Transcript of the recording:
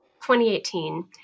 2018